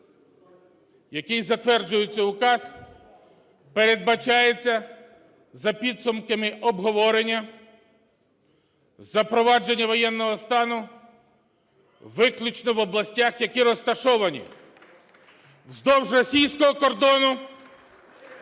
який затверджує цей указ: передбачається за підсумками обговорення запровадження воєнного стану виключно в областях, які розташовані вздовж російського кордону,